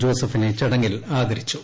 ജോസഫിനെ ചടങ്ങിൽ ആദ്യരിച്ചു